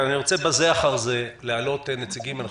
כי אני רוצה בזה אחר זה להעלות נציגים אנחנו